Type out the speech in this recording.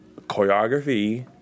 choreography